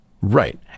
Right